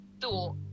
thought